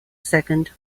second